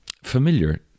familiar